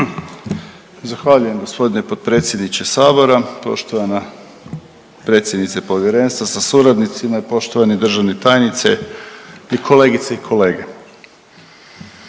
Zahvaljujem gospodine potpredsjedniče sabora. Poštovana predsjednice povjerenstva sa suradnicima i poštovani državni tajnice i kolegice i kolege,